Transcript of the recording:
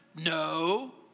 No